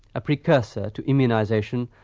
a precurser to immunisation,